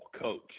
coach